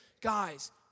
Guys